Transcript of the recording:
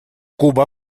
куба